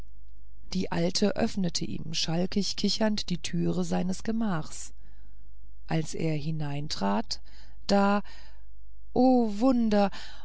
die alte öffnete ihm schalkisch kichernd die türe seines gemachs als er hineintrat da o wunder